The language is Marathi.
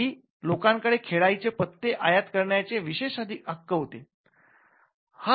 काही लोकांकडे खेळायचे पत्ते आयात करण्याचे विशेष हक्क होते